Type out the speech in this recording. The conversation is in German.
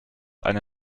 eine